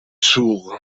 sourd